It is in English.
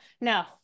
no